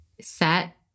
set